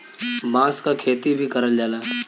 बांस क खेती भी करल जाला